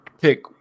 pick